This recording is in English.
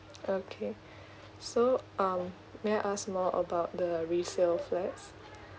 okay so um may I ask more about the resale flats